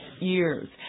years